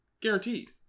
guaranteed